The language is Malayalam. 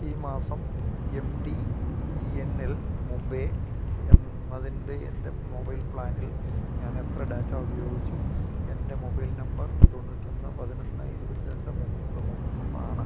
ഈ മാസം M T N L Mumbai എന്നതിൻ്റെ എൻ്റെ മൊബൈൽ പ്ലാനിൽ ഞാൻ എത്ര ഡാറ്റ ഉപയോഗിച്ചു എൻ്റെ മൊബൈൽ നമ്പർ തൊണ്ണൂറ്റിയൊന്ന് പതിനൊന്ന് ഇരുപത്തിരണ്ട് മുപ്പത് മുപ്പത്തിയൊന്നാണ്